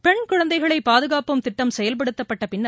பெண் குழந்தைகளை பாதுகாப்போம் திட்டம் செயல்படுத்தப்பட்ட பின்னர்